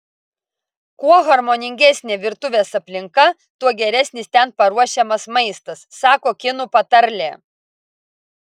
kuo harmoningesnė virtuvės aplinka tuo geresnis ten paruošiamas maistas sako kinų patarlė